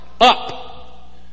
up